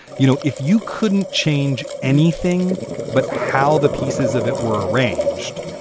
you know, if you couldn't change anything but how the pieces of it were arranged,